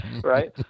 Right